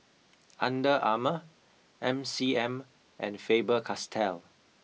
Under Armour M C M and Faber Castell